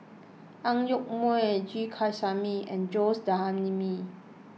Ang Yoke Mooi G Kandasamy and Jose D'Almeida